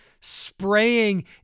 spraying